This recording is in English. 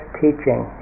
teaching